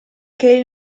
che